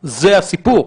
זה הסיפור.